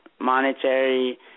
monetary